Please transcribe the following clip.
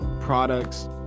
products